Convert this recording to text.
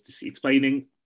explaining